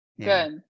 Good